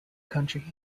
country